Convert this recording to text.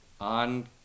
on